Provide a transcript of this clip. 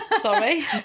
sorry